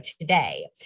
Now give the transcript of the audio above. today